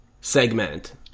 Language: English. segment